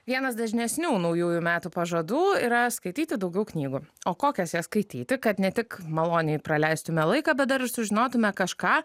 vienas dažnesnių naujųjų metų pažadų yra skaityti daugiau knygų o kokias jas skaityti kad ne tik maloniai praleistume laiką bet dar ir sužinotume kažką